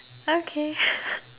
okay